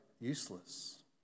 useless